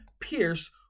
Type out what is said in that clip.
pierce